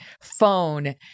phone